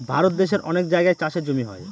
ভারত দেশের অনেক জায়গায় চাষের জমি হয়